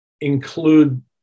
include